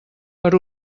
per